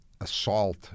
assault